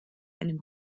einem